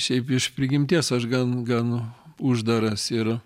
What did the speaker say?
šiaip iš prigimties aš gan gan uždaras ir